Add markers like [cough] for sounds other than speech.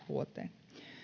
[unintelligible] vuoteen